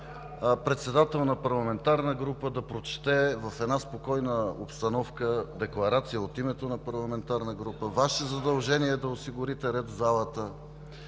председател на парламентарна група да прочете в една спокойна обстановка декларация от името на парламентарна група. Ваше задължение е да осигурите ред в залата.